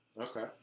Okay